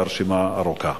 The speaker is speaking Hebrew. והרשימה ארוכה.